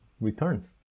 returns